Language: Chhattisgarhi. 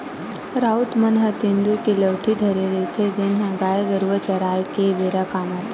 राउत मन ह तेंदू के लउठी धरे रहिथे, जेन ह गाय गरुवा चराए के बेरा काम म आथे